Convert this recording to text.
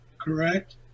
Correct